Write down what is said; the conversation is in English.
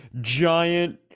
giant